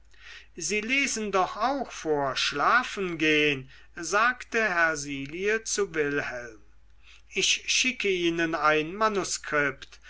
sie lesen doch auch vor schlafengehn sagte hersilie zu wilhelm ich schicke ihnen ein manuskript